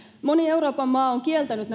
moni euroopan maa on kieltänyt